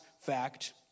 fact